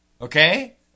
Okay